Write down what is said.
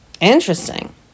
interesting